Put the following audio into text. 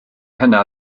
hynna